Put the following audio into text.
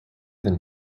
than